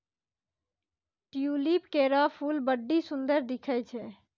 tulip केरो फूल बड्डी सुंदर दिखै छै